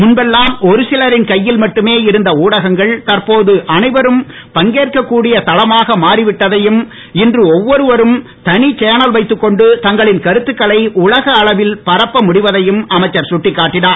முன்பெல்லாம் ஒரு சிலரின் கையில் மட்டுமே இருந்த ஊடகங்கள் தற்போது அனைவரும் பங்கேற்க கூடிய தளமாக மாறிவிட்டதையும் இன்று ஒவ்வொருவரும் தனிச் சேனல் வைத்துக் கொண்டு தங்களின் கருத்துக்களை உலக அளவில் பரப்ப முடிவதையும் அமைச்சர் சுட்டிக்காட்டினார்